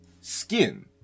Skin